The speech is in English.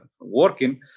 working